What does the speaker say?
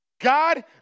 God